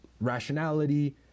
rationality